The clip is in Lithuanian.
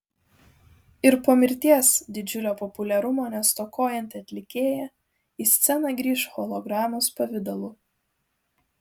ir po mirties didžiulio populiarumo nestokojanti atlikėja į sceną grįš hologramos pavidalu